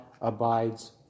abides